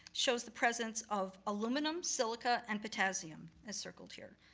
shows the presence of aluminum, silica, and potassium, as circled here.